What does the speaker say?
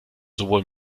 sowohl